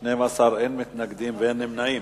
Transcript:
12, אין מתנגדים ואין נמנעים.